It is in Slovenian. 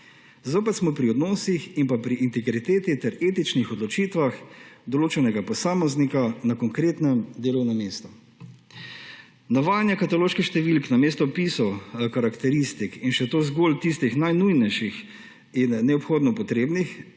Zopet smo pri odnosih in pri integriteti ter etičnih odločitvah določenega posameznika na konkretnem delovnem mestu. Navajanje kataloških številk namesto opisa karakteristik, in še to zgolj tistih najnujnejših in neobhodno potrebnih,